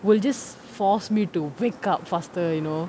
will just force me to wake up faster you know